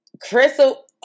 Crystal